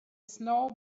snow